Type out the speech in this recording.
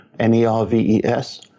N-E-R-V-E-S